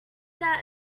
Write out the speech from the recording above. that